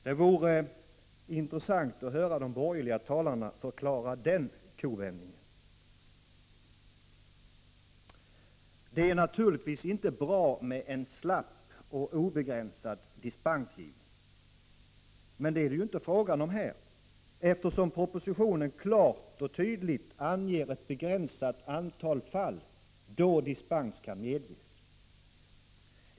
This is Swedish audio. Det vore intressant att höra de borgerliga talarna förklara den kovändningen. Det är naturligtvis inte bra med en slapp och obegränsad dispensgivning. Men det är det ju inte fråga om här, eftersom propositionen klart och tydligt anger ett begränsat antal fall, då dispens kan medges.